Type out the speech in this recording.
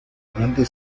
grande